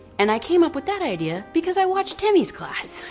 and i came up with that idea because i watched temi's class.